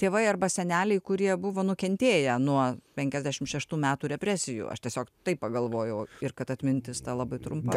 tėvai arba seneliai kurie buvo nukentėję nuo penkiasdešim šeštų metų represijų aš tiesiog taip pagalvojau ir kad atmintis ta labai trumpa